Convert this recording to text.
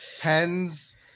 Pens